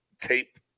tape